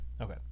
Okay